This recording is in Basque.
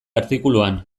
artikuluan